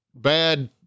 bad